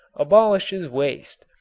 abolishes waste,